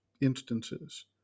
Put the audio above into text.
instances